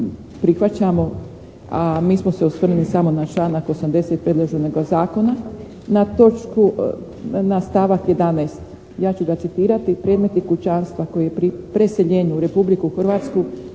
prihvaćamo, a mi smo se osvrnuli samo na članak 80. predloženoga zakona, na stavak 11. Ja ću ga citirati: "Predmeti kućanstva koje pri preseljenju u Republiku Hrvatsku